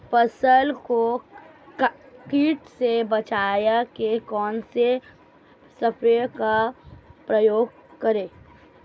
फसल को कीट से बचाव के कौनसे स्प्रे का प्रयोग करें?